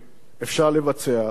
"אפשר לבצע", "תיכף נמצא איך".